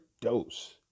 dose